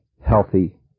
healthy